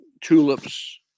tulips